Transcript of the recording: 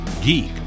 Geek